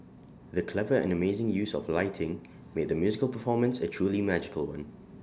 the clever and amazing use of lighting made the musical performance A truly magical one